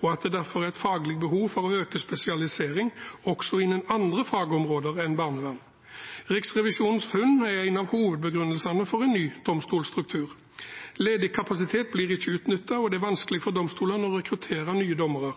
og at det derfor er et faglig behov for å øke spesialiseringen også innenfor andre fagområder enn barnevern. Riksrevisjonens funn er en av hovedbegrunnelsene for en ny domstolstruktur. Ledig kapasitet blir ikke utnyttet, og det er vanskelig for domstolene å rekruttere nye dommere.